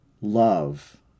love